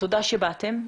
תודה שבאתם.